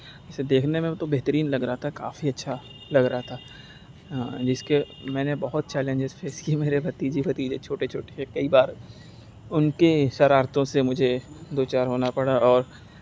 ویسے دیکھنے میں تو بہترین لگ رہا تھا کافی اچھا لگ رہا تھا جس کے میں نے بہت چیلنجز فیس کیے میرے بھتیجی بھتیجے چھوٹے چھوٹے ہیں کئی بار اُن کے شرارتوں سے مجھے دو چار ہونا پڑا اور